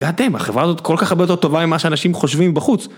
ואתם, החברה הזאת כל כך הרבה יותר טובה ממה שאנשים חושבים בחוץ.